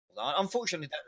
Unfortunately